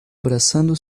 abraçando